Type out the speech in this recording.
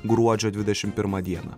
gruodžio dvidešim pirmą dieną